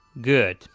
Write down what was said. Good